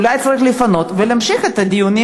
אולי צריך לפנות ולהמשיך את הדיונים